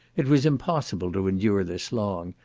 it was impossible to endure this long,